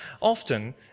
often